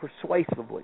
persuasively